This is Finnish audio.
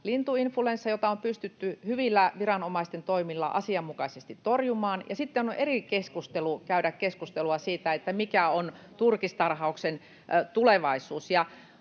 lintuinfluenssa, jota on pystytty hyvillä viranomaisten toimilla asianmukaisesti torjumaan, ja sitten on käytävänä eri keskustelu siitä, mikä on turkistarhauksen tulevaisuus.